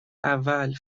اول